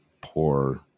poor